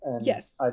Yes